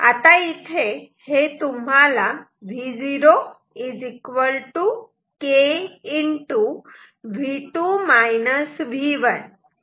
आता इथे हे तुम्हाला Vo k हे असे आउटपुट मिळते